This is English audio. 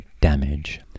damage